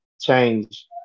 change